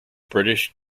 british